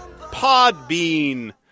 Podbean